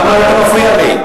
למה אתה מפריע לי?